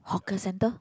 hawker center